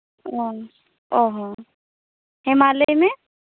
ᱚ ᱚ ᱦᱮᱸ ᱢᱟ ᱞᱟᱹᱭ ᱢᱮ